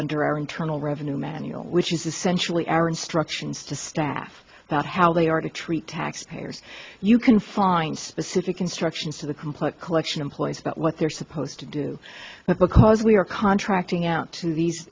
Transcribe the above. under our annele revenue manual which is essentially our instructions to staff about how they are to treat tax payers you can find specific instructions for the complex collection employs about what they're supposed to do but because we are contracting out to these